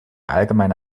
allgemeine